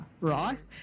right